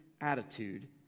attitude